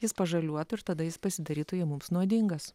jis pažaliuotų ir tada jis pasidarytų jau mums nuodingas